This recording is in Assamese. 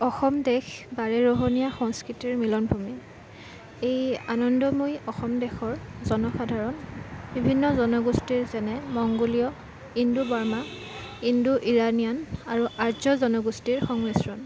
অসম দেশ বাৰেৰহনীয়া সংস্কৃতিৰ মিলন ভূমি এই আনন্দময়ী অসম দেশৰ জনসাধাৰণ বিভিন্ন জনগোষ্ঠীৰ যেনে মংগোলীয় ইণ্ডো বৰ্মা ইণ্ডো ইৰানীয়ান আৰু আৰ্য জনগোষ্ঠীৰ সংমিশ্ৰণ